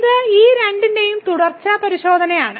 ഇത് ഈ രണ്ടിന്റെയും തുടർച്ച പരിശോധനയാണ്